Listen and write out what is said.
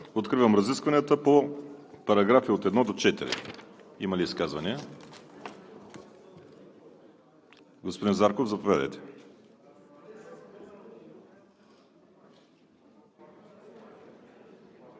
Откривам разискванията по параграфи от 1 до 4. Има ли изказвания? Господин Зарков, заповядайте.